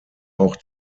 auch